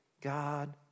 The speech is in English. God